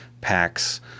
packs